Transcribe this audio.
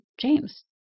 James